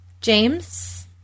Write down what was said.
James